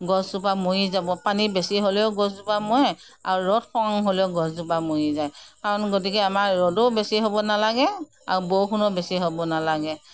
গছজোপা মৰি যাব পানী বেছি হ'লেও গছজোপা মৰে আৰু ৰ'দ কম হ'লেও গছজোপা মৰি যায় কাৰণ গতিকে আমাৰ ৰ'দো বেছি হ'ব নালাগে আৰু বৰষুণো বেছি হ'ব নালাগে